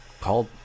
called